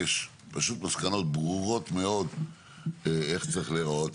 יש פשוט מסקנות ברורות מאוד איך צריך להיראות.